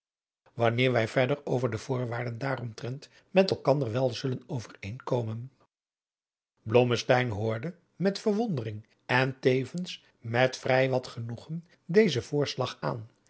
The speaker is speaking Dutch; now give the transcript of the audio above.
wanneer wij verder over de voorwaarden daaromtrent met elkander wel zullen overeenkomen blommesteyn hoorde met verwondering en tevens met vrij wat genoegen dezen voorslag aan